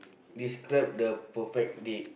describe the perfect date